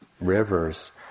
rivers